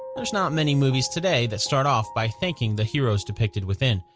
there's not many movies today that start off by thanking the heroes depicted within.